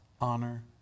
honor